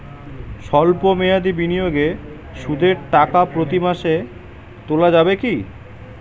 সল্প মেয়াদি বিনিয়োগে সুদের টাকা প্রতি মাসে তোলা যাবে কি?